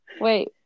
Wait